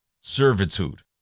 servitude